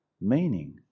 meaning